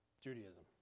Judaism